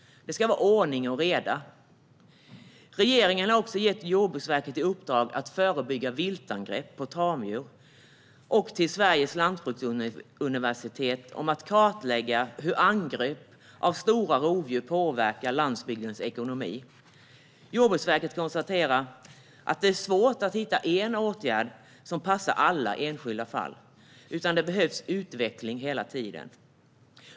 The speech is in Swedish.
Det ska vara ordning och reda. Regeringen har gett Jordbruksverket i uppdrag att förebygga viltangrepp på tamdjur. Vidare har Sveriges lantbruksuniversitet fått i uppdrag att kartlägga hur angrepp av stora rovdjur påverkar landsbygdens ekonomi. Jordbruksverket konstaterar att det är svårt att hitta en enda åtgärd som passar i alla enskilda fall. Det behövs hela tiden utveckling.